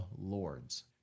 Lords